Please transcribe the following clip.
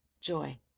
joy